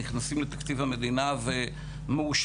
נכנסים לתקציב המדינה ומאושרים,